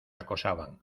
acosaban